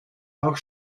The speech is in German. auch